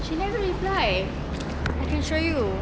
she never reply I can show you